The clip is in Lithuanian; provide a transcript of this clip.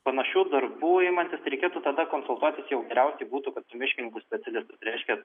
panašių darbų imantis reikėtų tada konsultuotis jau geriausiai būtų kad su miškingų specialistais reiškia